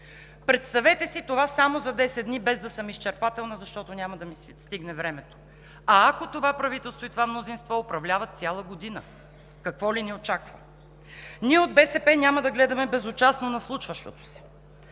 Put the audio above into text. Представете си това само за десет дни, без да съм изчерпателна, защото няма да ми стигне времето. А ако това правителство и това мнозинство управляват цяла година, какво ли ни очаква?! Ние от БСП няма да гледаме безучастно случващото се.